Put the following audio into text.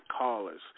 callers